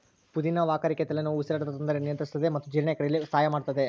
ಪುದಿನ ವಾಕರಿಕೆ ತಲೆನೋವು ಉಸಿರಾಟದ ತೊಂದರೆ ನಿಯಂತ್ರಿಸುತ್ತದೆ ಮತ್ತು ಜೀರ್ಣಕ್ರಿಯೆಯಲ್ಲಿ ಸಹಾಯ ಮಾಡುತ್ತದೆ